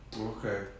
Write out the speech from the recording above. Okay